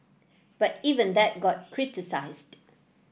but even that got criticised